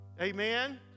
Amen